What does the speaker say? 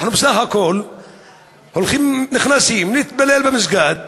אנחנו בסך הכול נכנסים להתפלל במסגד,